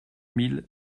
mille